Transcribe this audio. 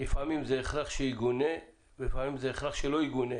לפעמים זה הכרח שיגונה ולפעמים זה הכרח שלא יגונה.